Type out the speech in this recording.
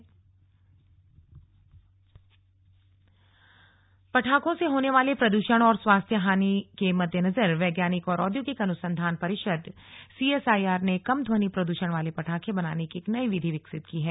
slug पटाखे पटाखों से होने वाले प्रदूषण और स्वास्थ्य हानि के मद्देनजर वैज्ञानिक और औद्योगिक अनुसंधान परिषद सीएसआईआर ने कम ध्वनि प्रद्षण वाले पटाखे बनाने की एक नई विधि विकसित की है